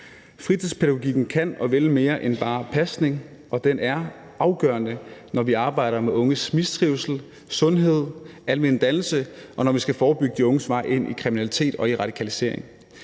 Fritidspædagogikken kan og vil mere end bare pasning, og den er afgørende, når vi arbejder med unges mistrivsel, sundhed, almen dannelse, og når vi skal forebygge de unges vej ind i kriminalitet og radikalisering.